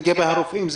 לגבי הרופאים.